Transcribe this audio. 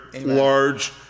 large